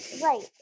right